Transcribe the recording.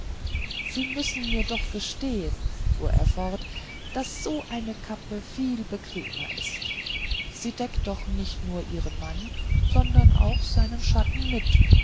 sie müssen mir doch gestehen fuhr er fort daß so eine kappe viel bequemer ist sie deckt doch nicht nur ihren mann sondern auch seinen schatten mit